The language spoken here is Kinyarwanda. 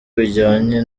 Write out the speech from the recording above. bijyanye